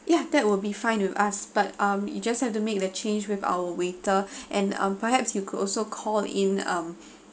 ya that would be fine with us but um you just have to make the change with our waiter and um perhaps you could also call in um